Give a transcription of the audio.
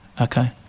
okay